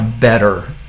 better